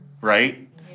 right